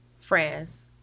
friends